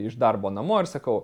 iš darbo namo ir sakau